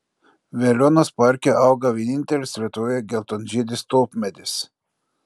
veliuonos parke auga vienintelis lietuvoje geltonžiedis tulpmedis